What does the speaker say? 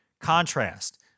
contrast